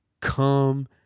come